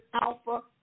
alpha